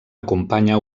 acompanya